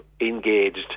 engaged